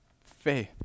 faith